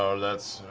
ah that's,